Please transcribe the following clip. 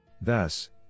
Thus